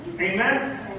Amen